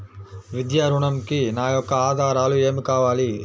విద్యా ఋణంకి నా యొక్క ఆధారాలు ఏమి కావాలి?